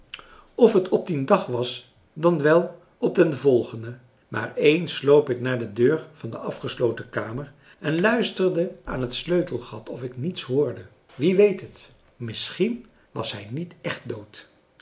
of het op dien dag was dan wel op den volgende maar eens sloop ik naar de deur van de afgesloten kamer en luisterde aan het sleutelgat of ik niets hoorde wie weet het misschien was hij niet echt dood